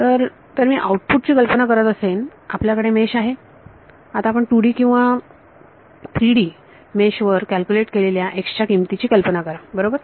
तर तर मी आउटपुट ची कल्पना करत असेन आपल्याकडे मेश आहे आता आपण 2D किंवा 3D मेश वर कॅल्क्युलेट केलेल्या x च्या किमती ची कल्पना करा बरोबर